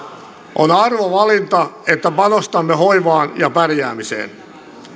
on arvovalinta että panostamme hoivaan ja pärjäämiseen